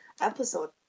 episode